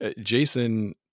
Jason